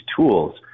tools